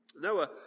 Noah